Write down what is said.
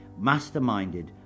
masterminded